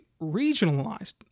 regionalized